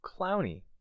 clowny